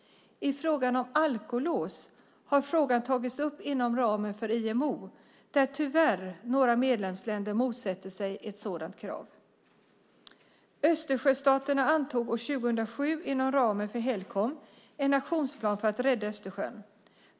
Frågan om alkolås har tagits upp inom ramen för IMO, där tyvärr några medlemsländer motsätter sig ett sådant krav. Östersjöstaterna antog år 2007 inom ramen för Helcom en aktionsplan för att rädda Östersjön.